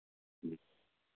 ᱦᱮᱸ